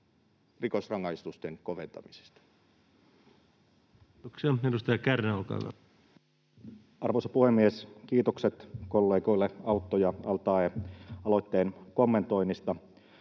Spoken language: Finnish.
rikosrangaistusten koventamisesta. Kiitoksia. — Edustaja Kärnä, olkaa hyvä. Arvoisa puhemies! Kiitokset kollegoille Autto ja al-Taee aloitteen kommentoinnista.